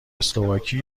اسلواکی